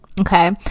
Okay